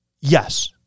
Yes